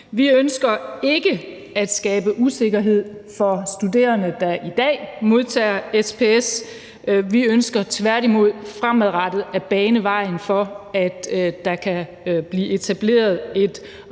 Vi ønsker ikke at skabe usikkerhed for studerende, der i dag modtager SPS; vi ønsker tværtimod fremadrettet at bane vejen for, at der kan blive etableret et